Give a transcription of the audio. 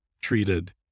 treated